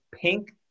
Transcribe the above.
pink